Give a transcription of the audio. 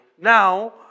Now